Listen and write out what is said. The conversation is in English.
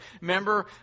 remember